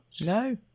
No